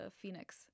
Phoenix